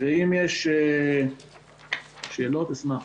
ואם יש שאלות אשמח.